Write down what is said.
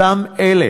אותם אלה